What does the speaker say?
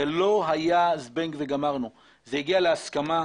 זה לא היה זבנג וגמרנו, זה הגיע להסכמה.